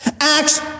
Acts